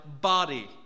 body